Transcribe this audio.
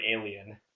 Alien